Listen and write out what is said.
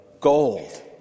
gold